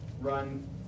run